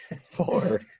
four